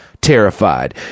Terrified